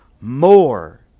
more